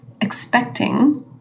expecting